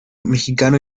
mexicano